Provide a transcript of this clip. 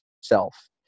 self